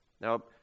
Now